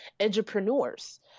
entrepreneurs